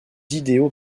idéaux